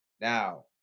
Now